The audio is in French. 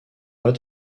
pas